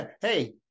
hey